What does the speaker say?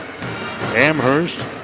Amherst